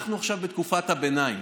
אנחנו עכשיו בתקופת הביניים,